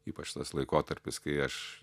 ypač tas laikotarpis kai aš